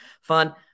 fun